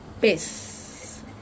Peace